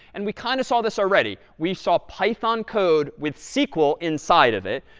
and we kind of saw this already. we saw python code with sql inside of it.